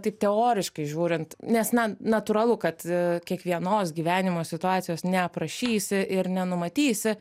taip teoriškai žiūrint nes na natūralu kad kiekvienos gyvenimo situacijos neaprašysi ir nenumatysi